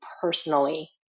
personally